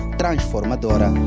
transformadora